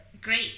Great